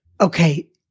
Okay